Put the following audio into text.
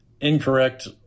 incorrect